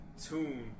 tune